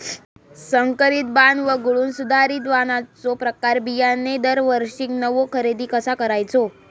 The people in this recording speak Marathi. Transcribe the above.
संकरित वाण वगळुक सुधारित वाणाचो प्रमाण बियाणे दरवर्षीक नवो खरेदी कसा करायचो?